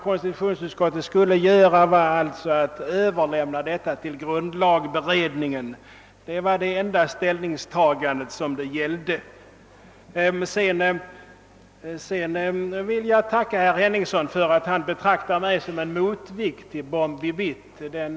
Konstitutionsutskottet skulle alltså överlämna denna motion till grundlagberedningen. Det var det enda ställningstagande det gällde. Sedan vill jag tacka herr Henningsson för att han betraktar mig som en motvikt till Bombi Bitt.